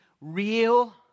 real